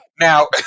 Now